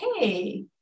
okay